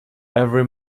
every